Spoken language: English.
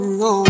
no